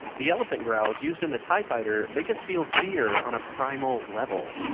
the elephant growls used in the tie fighter make us feel fear on a primal level.